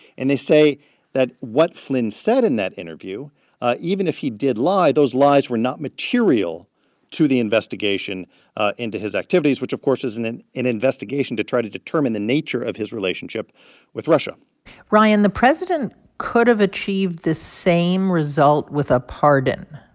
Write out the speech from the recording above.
and they say that what flynn said in that interview even if he did lie, those lies were not material to the investigation into his activities, which, of course, is and an investigation to try to determine the nature of his relationship with russia ryan, the president could have achieved the same result with a pardon.